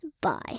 Bye